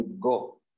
go